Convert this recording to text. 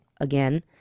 again